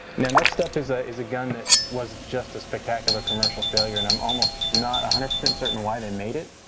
next up is ah is a gun that was just as spectacular a commercial failure. and i'm almost not a hundred percent certain why they made it.